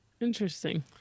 interesting